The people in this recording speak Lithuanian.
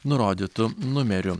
nurodytu numeriu